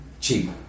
Cheap